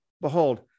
behold